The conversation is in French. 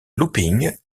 looping